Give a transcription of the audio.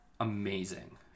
amazing